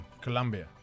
Colombia